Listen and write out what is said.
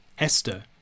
Esther